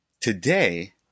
today